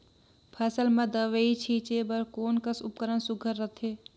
फसल म दव ई छीचे बर कोन कस उपकरण सुघ्घर रथे?